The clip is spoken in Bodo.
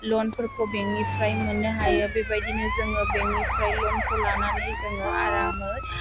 लनफोरखौ बेंकनिफ्राय मोननो हायो बेबायदिनो जोङो बेंकनिफ्राय लनखौ लानानै जोङो आरामै